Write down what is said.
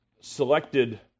selected